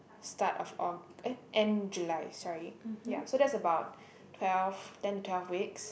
start of Aug eh end July sorry ya so that's about twelve ten to twelve weeks